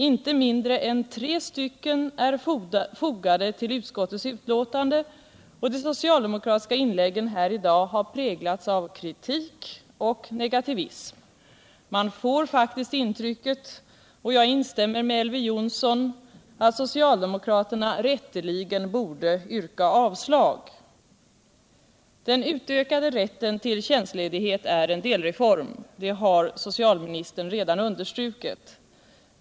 Inte mindre än tre stycken är fogade till utskottets betänkande, och de socialdemokratiska inläggen här i dag har präglats av kritik och negativism. Man får faktiskt intrycket — jag instämmer med Elver Jonsson — att socialdemokraterna rätteligen borde yrka avslag. Den utökade rätten till tjänstledighet är en delreform — det har socialministern redan understrukit.